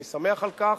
אני שמח על כך,